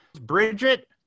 Bridget